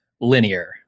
linear